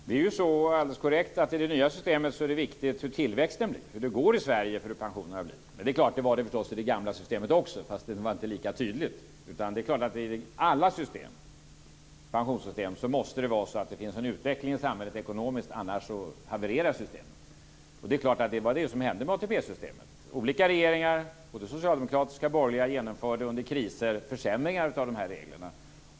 Fru talman! Det är alldeles korrekt att i det nya systemet är det viktigt hur tillväxten blir och hur det går för Sverige. Det är klart att det var så i det gamla systemet också även om det inte var lika tydligt. I alla pensionssystem måste det finnas en ekonomisk utveckling i samhället - annars havererar systemet. Det var det som hände med ATP-systemet. Olika regeringar, både socialdemokratiska och borgerliga, genomförde under kriser försämringar av reglerna.